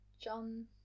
John